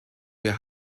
wir